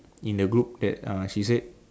in the group that uh she said